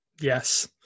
Yes